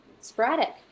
Sporadic